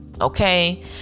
Okay